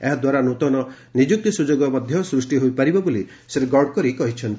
ଏହାଦ୍ୱାରା ନୂଆ ନିଯୁକ୍ତି ସୁଯୋଗ ମଧ୍ୟ ସୃଷ୍ଟି ହୋଇପାରିବ ବୋଲି ଶ୍ରୀଗଡ଼କରୀ କହିଛନ୍ତି